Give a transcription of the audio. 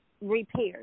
repaired